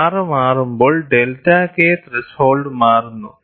R മാറുമ്പോൾ delta K threshold മാറുന്നു